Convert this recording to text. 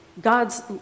God's